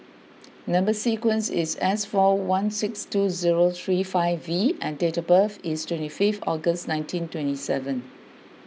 Number Sequence is S four one six two zero three five V and date of birth is twenty fifth August nineteen twenty seven